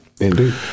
Indeed